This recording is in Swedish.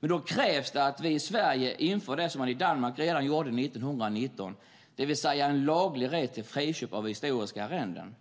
Men då krävs det att vi i Sverige inför det man gjorde i Danmark 1919, det vill säga en laglig rätt till friköp av historiska arrenden.